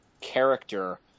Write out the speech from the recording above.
character